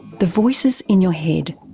the voices in your head.